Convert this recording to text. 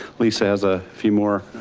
lisa has a few more